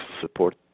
support